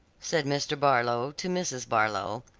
said mr. barlow to mrs. barlow,